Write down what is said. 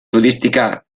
turística